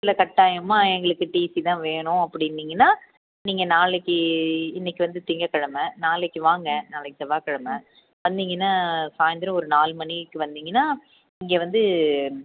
இல்லை கட்டாயமாக எங்களுக்கு டீசி தான் வேணும் அப்படின்னீங்கன்னா நீங்கள் நாளைக்கு இன்னைக்கு வந்து திங்கள்கிழமை நாளைக்கு வாங்க நாளைக்கு செவ்வாய்க்கிழமை வந்திங்கன்னா சாயந்தரம் ஒரு நாலு மணிக்கு வந்திங்கன்னா இங்கே வந்து